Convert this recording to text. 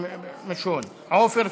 מיש הון, עפר,